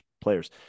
players